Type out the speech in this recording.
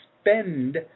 spend